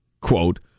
Quote